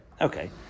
Okay